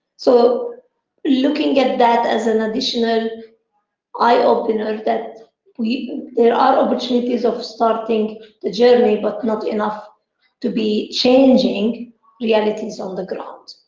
so looking at that as an additional eye-opener that there are opportunities of starting the journey, but not enough to be changing the evidence on the ground.